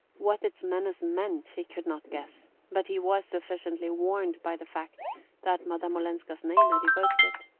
what its menace meant he could not guess but he was sufficiently warned by the fact that madame olenska's name had evoked it.